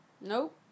Nope